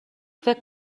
فکر